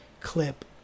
clip